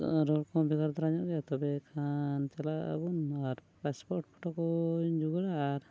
road ᱠᱚᱦᱚᱸ ᱵᱷᱮᱜᱟᱨ ᱫᱷᱟᱨᱟ ᱧᱚᱜ ᱜᱮᱭᱟ ᱛᱚᱵᱮ ᱠᱷᱟᱱ ᱪᱟᱞᱟᱜ ᱟᱵᱚᱱ ᱟᱨ ᱯᱟᱥᱯᱳᱨᱴ ᱯᱷᱳᱴᱳᱧ ᱡᱚᱜᱟᱲᱟ ᱟᱨ